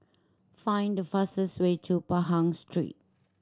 find the fastest way to Pahang Street